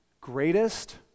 greatest